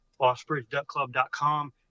lostbridgeduckclub.com